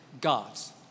gods